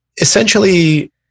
essentially